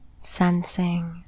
sensing